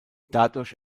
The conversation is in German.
dadurch